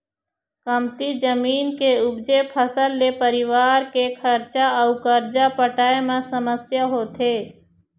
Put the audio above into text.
कमती जमीन के उपजे फसल ले परिवार के खरचा अउ करजा पटाए म समस्या होथे